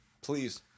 please